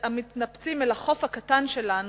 המתנפצים אל החוף הקטן שלנו,